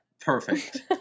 Perfect